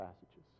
passages